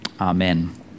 Amen